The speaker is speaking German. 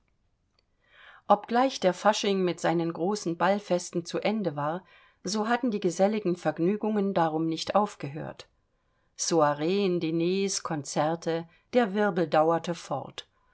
obgleich der fasching mit seinen großen ballfesten zu ende war so hatten die geselligen vergnügungen darum nicht aufgehört soiren diners konzerte der wirbel dauerte fort